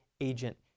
agent